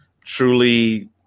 truly